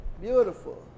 Beautiful